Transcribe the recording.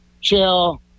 chill